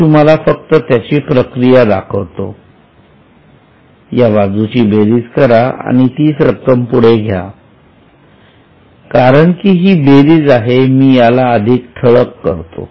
मी तुम्हाला फक्त त्याची प्रक्रिया दाखवतो या बाजूची बेरीज करा आणि तीच रक्कम पुढे घ्या कारण की ही बेरीज आहे मी याला अधिक ठळक करतो